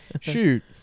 Shoot